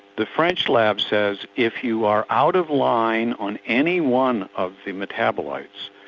the french lab says if you are out of line on any one of the metabolites,